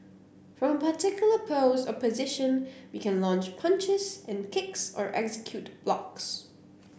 from a particular pose or position we can launch punches and kicks or execute blocks